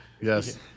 Yes